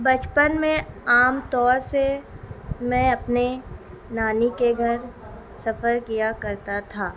بچپن میں عام طور سے میں اپنے نانی کے گھر سفر کیا کرتا تھا